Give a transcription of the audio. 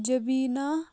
جبیٖنا